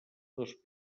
dos